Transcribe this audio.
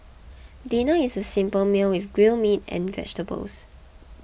dinner is a simple meal with grilled meat and vegetables